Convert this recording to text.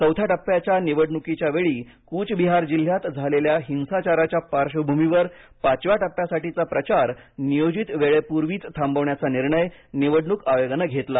चौथ्या टप्प्याच्या निवडणुकीच्या वेळी कुचबिहार जिल्ह्यात झालेल्या हिंसाचाराच्या पार्श्वभूमीवर पाचव्या टप्प्यासाठीचा प्रचार नियोजित वेळेपूर्वीच थांबवण्याचा निर्णय निवडणूक आयोगानं घेतला